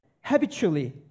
habitually